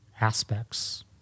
aspects